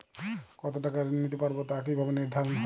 কতো টাকা ঋণ নিতে পারবো তা কি ভাবে নির্ধারণ হয়?